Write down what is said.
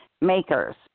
makers